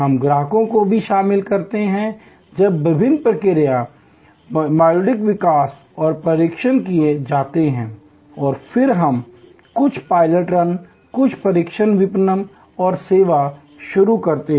हम ग्राहकों को भी शामिल करते हैं जब विभिन्न प्रक्रिया मॉड्यूल विकसित और परीक्षण किए जाते हैं और फिर हम कुछ पायलट रन कुछ परीक्षण विपणन और सेवा शुरू करते हैं